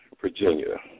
Virginia